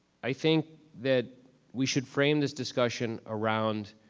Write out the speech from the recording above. i think that we should frame this discussion around